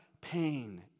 pain